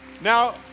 Now